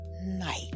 night